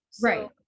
Right